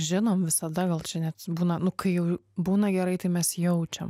žinom visada gal čia net būna nu kai jau būna gerai tai mes jaučiam